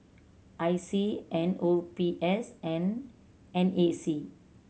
I C N O B S and N A C